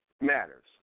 matters